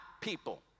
people